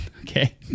Okay